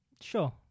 Sure